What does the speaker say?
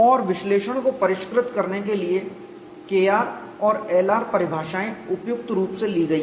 और विश्लेषण को परिष्कृत करने के लिए Kr और Lr परिभाषाएँ उपयुक्त रूप से ली गई हैं